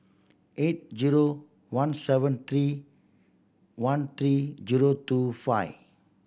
eight zero one seven three one three zero two five